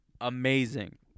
amazing